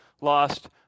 lost